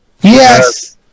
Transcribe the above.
Yes